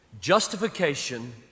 Justification